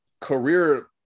career –